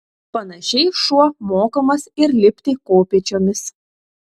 panašiai šuo mokomas ir lipti kopėčiomis